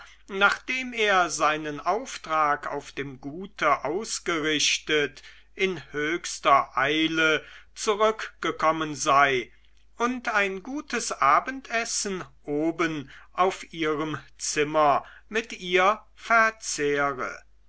nachdem er seinen auftrag auf dem gute ausgerichtet in höchster eile zurückgekommen sei und ein gutes abendessen oben auf ihrem zimmer mit ihr verzehre